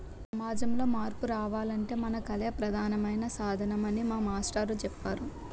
సమాజంలో మార్పు రావాలంటే మన కళలే ప్రధానమైన సాధనమని మా మాస్టారు చెప్పేరు